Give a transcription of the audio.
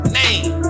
name